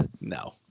No